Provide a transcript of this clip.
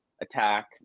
attack